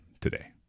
today